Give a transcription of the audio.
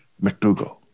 McDougall